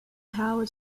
power